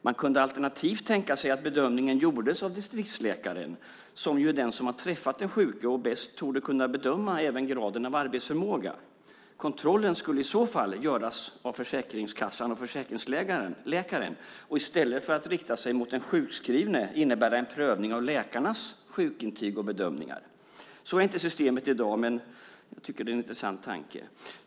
Man kunde alternativt tänka sig att bedömningen gjordes av distriktsläkaren som ju är den som har träffat den sjuke och bäst torde kunna bedöma graden av arbetsförmåga. Kontrollen skulle i så fall göras av Försäkringskassan och försäkringsläkaren och i stället för att rikta sig mot den sjukskrivne innebära en prövning av läkarnas sjukintyg och bedömningar. Så är inte systemet i dag, men jag tycker att det är en intressant tanke.